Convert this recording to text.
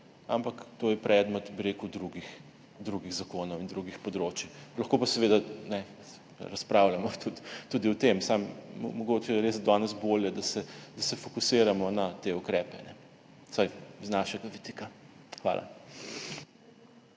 ampak to je predmet drugih zakonov in drugih področij, lahko pa seveda razpravljamo tudi o tem, samo mogoče je danes res bolje, da se fokusiramo na te ukrepe, vsaj z našega vidika. Hvala.